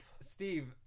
Steve